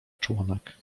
członek